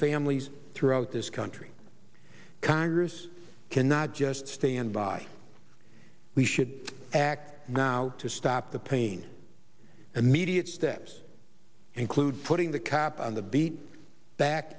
families throughout this country congress cannot just stand by we should act now to stop the pain and mediate steps include putting the cap on the beat back